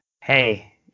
hey